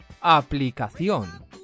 Aplicación